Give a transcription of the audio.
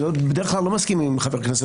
אני בדרך כלל לא מסכים עם חבר הכנסת